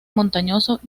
montañosos